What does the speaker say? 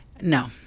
No